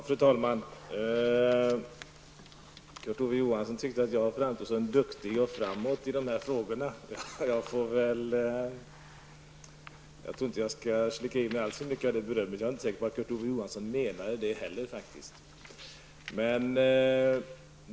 Fru talman! Kurt Ove Johansson tyckte att jag framstod som duktig och framåt i dessa frågor. Jag tror inte att jag skall slicka i mig alltför mycket av detta beröm. Jag är inte heller säker på att Kurt Ove Johansson menade detta.